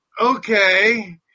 okay